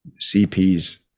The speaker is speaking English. CP's